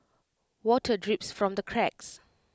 water drips from the cracks